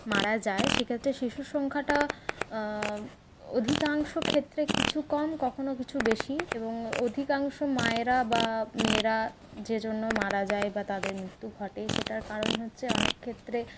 মারা যায় সেক্ষেত্রে শিশুসংখ্যাটা অধিকাংশ ক্ষেত্রে কিছু কম কখনও কিছু বেশী এবং অধিকাংশ মায়েরা বা মেয়েরা যে জন্য মারা যায় বা তাদের মৃত্যু ঘটে সেটার কারণ হচ্ছে অনেক ক্ষেত্রে